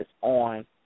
on